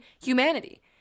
humanity